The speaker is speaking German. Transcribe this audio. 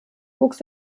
wuchs